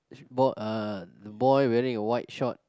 uh boy wearing a white short